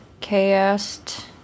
cast